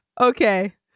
Okay